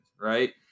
Right